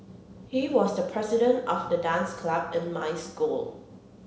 he was the president of the dance club in my school